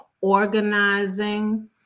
organizing